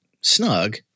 snug